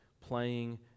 playing